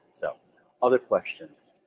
so other questions?